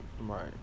Right